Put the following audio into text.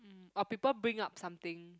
mm or people bring up something